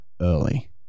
early